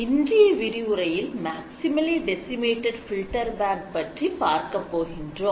இன்றைய விரிவுரையில் maximally decimated filter bank பற்றி பார்க்கப் போகின்றோம்